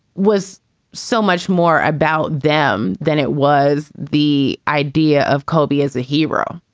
was so much more about them than it was the idea of kobe as a hero.